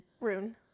Rune